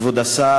תודה, כבוד השר,